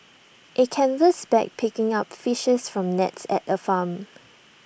A canvas bag picking up fishes from nets at A farm